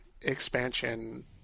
expansion